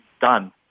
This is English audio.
done